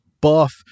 buff